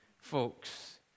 folks